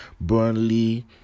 burnley